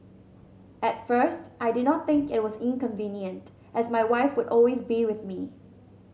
at first I did not think it was inconvenient as my wife would always be with me